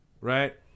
right